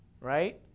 right